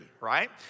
right